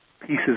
pieces